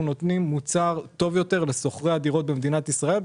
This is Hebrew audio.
נותנים מוצר טוב יותר לשוכרי הדירות במדינת ישראל,